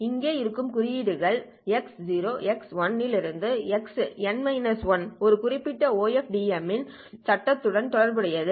இங்கே இருக்கும் குறியீடுகள் X 0 X 1 X n 1 ஒரு குறிப்பிட்ட OFDM ன் சட்டத்துடன் தொடர்புடையது